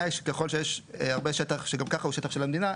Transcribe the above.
היא שככל שיש הרבה שטח שהוא גם ככה שטח של המדינה,